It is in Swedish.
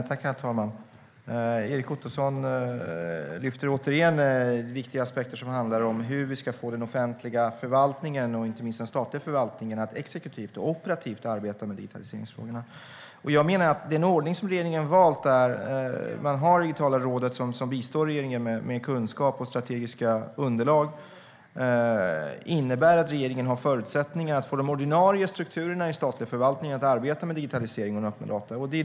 Herr talman! Erik Ottoson lyfter återigen upp viktiga aspekter som handlar om hur vi ska få den offentliga förvaltningen och inte minst den statliga förvaltningen att exekutivt och operativt arbeta med digitaliseringsfrågorna. Den ordning som regeringen valt är att ha det digitala rådet som bistår regeringen med kunskap och strategiska underlag. Det innebär att regeringen har förutsättningar att få de ordinarie strukturerna i statlig förvaltning att arbeta med digitalisering och öppna data.